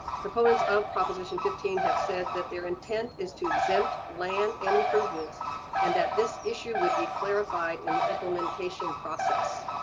proponents of proposition fifteen have said that, their intent is to exempt land and improvements and that this issue would be clarified in the implementation process.